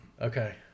Okay